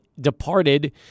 departed